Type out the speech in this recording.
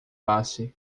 passe